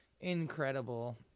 incredible